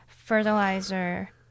fertilizer